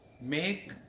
make